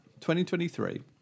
2023